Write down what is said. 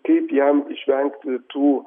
kaip jam išvengti tų